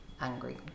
angry